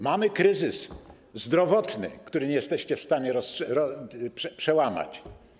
Mamy kryzys zdrowotny, którego nie jesteście w stanie przełamać.